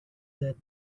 that